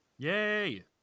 Yay